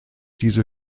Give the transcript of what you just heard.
diese